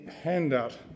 handout